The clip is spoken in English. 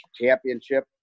championship